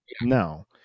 no